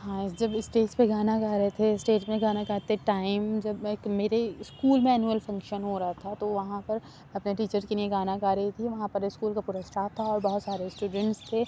ہاں جب اسٹیج پہ گانا گا رہے تھے اسٹیج میں گانا گاتے ٹائم جب میں اک میرے اسکول میں انول فنکشن ہو رہا تھا تو وہاں پر اپنے ٹیچر کے لیے گانا گا رہی تھی وہاں پر اسکول کا پورا اسٹاف تھا اور بہت سارے اسٹوڈنٹس تھے